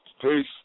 Peace